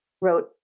wrote